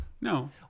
No